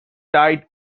died